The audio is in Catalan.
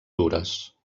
dures